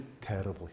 terribly